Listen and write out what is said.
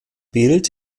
bild